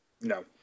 No